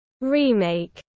remake